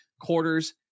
Quarters